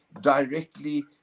directly